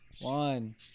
One